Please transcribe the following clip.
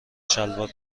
شلوار